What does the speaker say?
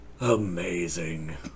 Amazing